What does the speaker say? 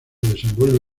desenvuelve